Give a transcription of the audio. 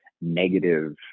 negative